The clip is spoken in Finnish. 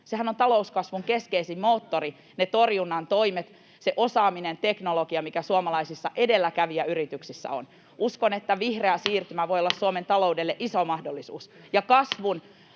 Sehän on talouskasvun keskeisin moottori, ne torjunnan toimet, se osaaminen ja teknologia, mikä suomalaisissa edelläkävijäyrityksissä on. Uskon, että vihreä siirtymä voi olla Suomen taloudelle iso mahdollisuus,